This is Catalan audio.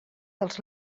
dels